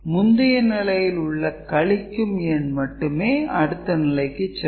முந்தைய நிலையில் உள்ள கழிக்கும் எண் மட்டுமே அடுத்த நிலைக்கு செல்லும்